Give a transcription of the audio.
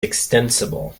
extensible